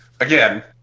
Again